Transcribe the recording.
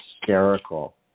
hysterical